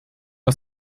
aus